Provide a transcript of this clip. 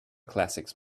classics